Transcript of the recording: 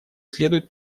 следует